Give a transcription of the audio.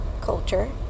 culture